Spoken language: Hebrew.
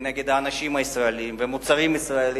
כנגד הישראלים ומוצרים ישראליים,